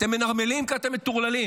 אתם מנרמלים כי אתם מטורללים.